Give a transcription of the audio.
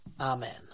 Amen